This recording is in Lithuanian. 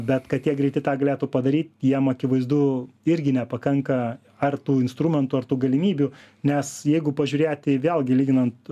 bet kad tie greiti tą galėtų padaryt jiem akivaizdu irgi nepakanka ar tų instrumentų ar tų galimybių nes jeigu pažiūrėti vėlgi lyginant